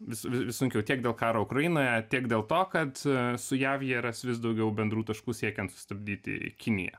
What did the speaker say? vis sunkiau tiek dėl karo ukrainoje tiek dėl to kad su jav jie ras vis daugiau bendrų taškų siekiant sustabdyti kiniją